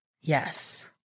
Yes